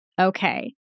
Okay